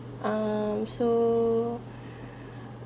um so